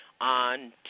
on